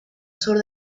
sur